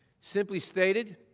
simply stated,